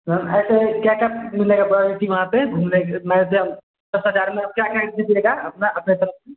ma'am ऐसे क्या क्या मिलेगी फेमस चीज़ वहाँ पर घूमने के माध्यम दस हज़ार में आप क्या क्या दीजिएगा अपना अपने तरफ़ से